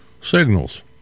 signals